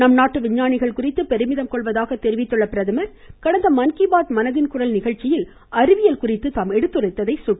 நம்நாட்டு விஞ்ஞானிகள் குறித்து பெருமிதம் கொள்வதாக தெரிவித்துள்ள பிரதமர் கடந்த மன் கி பாத் மனதின் குரல் நிகழ்ச்சியில் அறிவியல் குறித்து தாம் எடுத்துரைத்ததை சுட்டிக்காட்டினார்